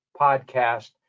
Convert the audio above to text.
podcast